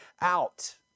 out